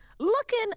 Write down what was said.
Looking